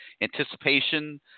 anticipation